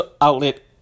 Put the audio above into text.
outlet